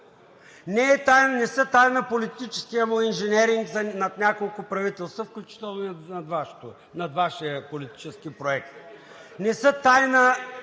Не е тайна политическият му инженеринг над няколко правителства, включително и над Вашия политически проект. Не са тайна